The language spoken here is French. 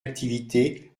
activité